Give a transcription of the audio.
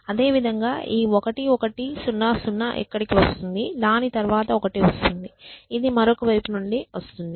అదేవిధంగా ఈ 1 1 0 0 ఇక్కడకు వస్తుంది దాని తరువాత ఒకటి వస్తుంది ఇది మరొక వైపు నుండి వస్తుంది